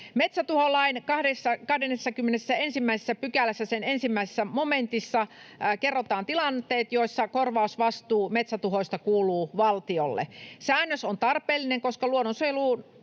Metsätuholain 21 §:ssä sen ensimmäisessä momentissa kerrotaan tilanteet, joissa korvausvastuu metsätuhoista kuuluu valtiolle. Säännös on tarpeellinen, koska luonnonsuojelun